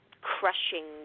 crushing